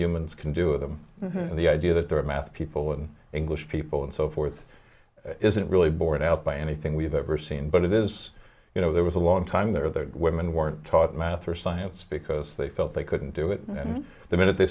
humans can do with them and the idea that there are math people and english people and so forth isn't really borne out by anything we've ever seen but it is you know there was a long time there that women weren't taught math or science because they felt they couldn't do it and the minute they